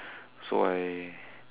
so I